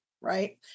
right